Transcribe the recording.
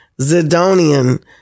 Zidonian